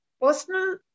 personal